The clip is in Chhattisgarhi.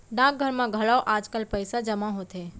डाकघर म घलौ आजकाल पइसा जमा होथे